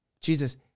Jesus